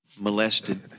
Molested